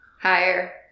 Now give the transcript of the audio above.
Higher